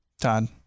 Todd